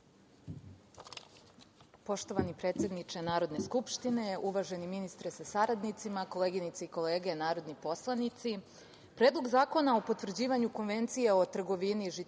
Poštovani predsedniče Narodne skupštine, uvaženi ministre sa saradnicima, koleginice i kolege narodni poslanici. Predlog zakona o potvrđivanju Konvencije o trgovini žitaricama